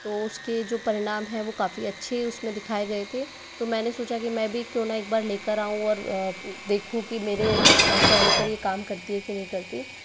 तो उसके जो परिणाम हैं वो काफ़ी अच्छे उसमें दिखाए गए थे तो मैंने सोचा कि मैं भी क्यों ना एक बार लेकर आऊं और देखूँ कि मेरे चेहरे पर ये काम करती है कि नहीं करती